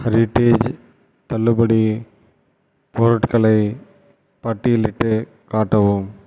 heritage தள்ளுபடிப் பொருட்களை பட்டியலிட்டுக் காட்டவும்